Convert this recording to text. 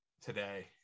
today